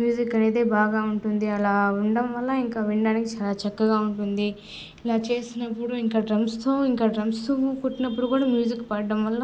music అనేది బాగా ఉంటుంది అలా ఉండడం వల్ల ఇంకా వినడానికి చాలా చక్కగా ఉంటుంది ఇలా చేసినప్పుడు ఇంకా డ్రమ్స్తో ఇంకా డ్రమ్స్ కొట్టినప్పుడు గూడా మ్యూజిక్ పాడడం వల్ల